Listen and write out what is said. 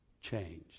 changed